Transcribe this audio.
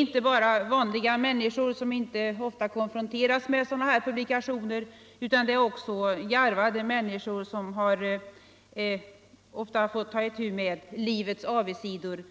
Inte bara vanliga människor, som inte ofta konfronteras med sådana här publikationer, utan också garvade människor som har fått 43 ta itu med livets avigsidor